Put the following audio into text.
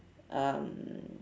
um